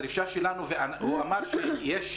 שמעתי ממך שי,